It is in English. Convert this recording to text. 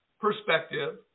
perspective